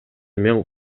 мен